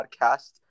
podcast